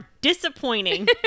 disappointing